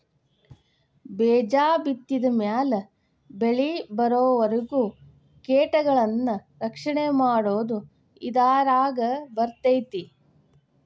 ಬೇಜ ಬಿತ್ತಿದ ಮ್ಯಾಲ ಬೆಳಿಬರುವರಿಗೂ ಕೇಟಗಳನ್ನಾ ರಕ್ಷಣೆ ಮಾಡುದು ಇದರಾಗ ಬರ್ತೈತಿ